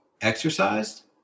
Exercised